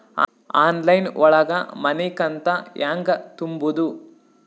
Online ಒಳಗ ಮನಿಕಂತ ಹ್ಯಾಂಗ ತುಂಬುದು?